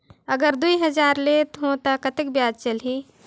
अगर दुई हजार लेत हो ता कतेक ब्याज चलही?